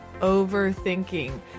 overthinking